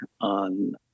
on